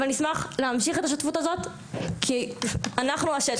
ונשמח להמשיך את השותפות הזאת כי פשוט אנחנו השטח.